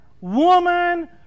woman